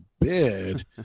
bid